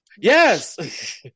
yes